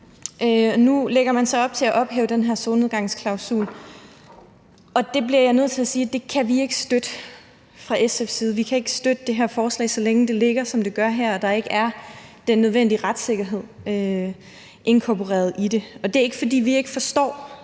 Nu lægger man så op til at ophæve den her solnedgangsklausul, og det bliver jeg nødt til at sige at vi ikke kan støtte fra SF's side. Vi kan ikke støtte det her forslag, så længe det ligger, som det gør her, og der ikke er den nødvendige retssikkerhed inkorporeret i det. Og det er ikke, fordi vi ikke forstår